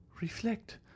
Reflect